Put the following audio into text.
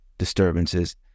disturbances